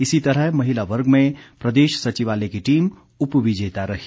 इसी तरह महिला वर्ग में प्रदेश सचिवालय की टीम उप विजेता रही